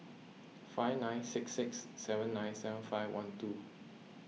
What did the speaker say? five nine six six seven nine seven five one two